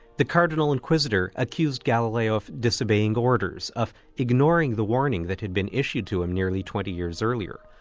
the cardinal inquisitor accused galileo of disobeying orders, of ignoring the warning that had been issued to him nearly twenty years earlier,